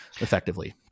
effectively